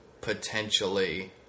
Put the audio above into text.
potentially